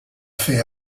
fer